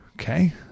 Okay